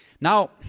Now